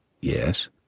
Yes